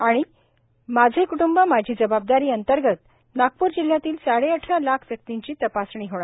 माझे क्ट्ंब माझी जबाबदारी अंतर्गत नागपूर जिल्ह्यातील साडेअठरा लाख व्यक्तींची तपासणी होणार